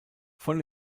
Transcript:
von